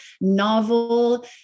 novel